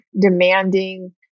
demanding